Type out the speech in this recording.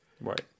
Right